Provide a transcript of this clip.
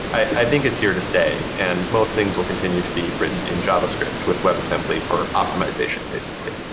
i think it's here to stay and most things will continue to be written in javascript with web assembly for optimization, basically.